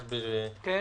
אחת,